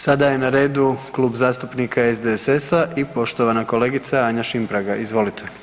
Sada je na redu Klub zastupnika SDSS-a i poštovana kolegica Anja Šimpraga, izvolite.